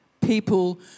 people